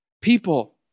People